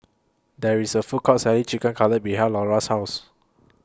There IS A Food Court Selling Chicken Cutlet behind Lora's House